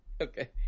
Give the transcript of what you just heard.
Okay